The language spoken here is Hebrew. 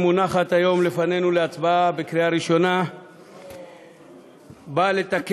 עברה בקריאה ראשונה ועוברת לוועדת העבודה,